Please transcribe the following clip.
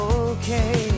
okay